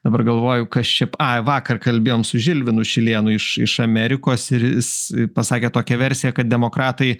dabar galvoju kas šiaip ai vakar kalbėjom su žilvinu šilėnu iš iš amerikos ir jis pasakė tokią versiją kad demokratai